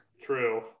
True